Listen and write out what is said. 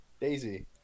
Daisy